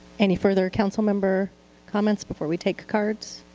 any further councilmember comments before we take cards?